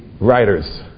writers